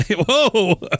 whoa